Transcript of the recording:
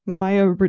Maya